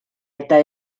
eta